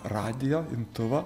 radijo imtuvą